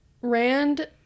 rand